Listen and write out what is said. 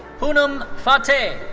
poonam phate.